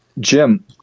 Jim